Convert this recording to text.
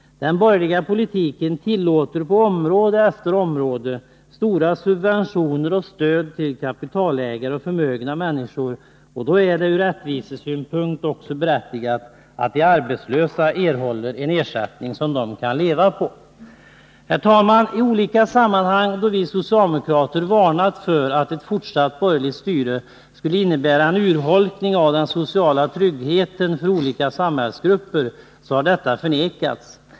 Den borgerliga politiken tillåter på område efter område stora subventioner och stöd till kapitalägare och förmögna människor. Då är det från rättvisesynpunkt också berättigat att de arbetslösa erhåller en ersättning som de kan leva på. Herr talman! I olika sammanhang då vi socialdemokrater har varnat för att ett fortsatt borgerligt styre skulle innebära en urholkning av den sociala tryggheten för olika samhällsgrupper har detta förnekats.